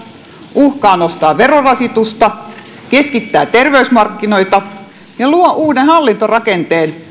uhkaa nostaa verorasitusta keskittää terveysmarkkinoita ja luo uuden hallintorakenteen